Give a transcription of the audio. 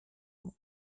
mógł